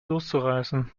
loszureißen